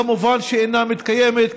כמובן שאינה מתקיימת,